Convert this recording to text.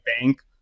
bank